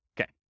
Okay